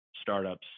startups